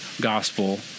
gospel